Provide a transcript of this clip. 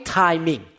timing